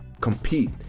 compete